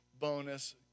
bonus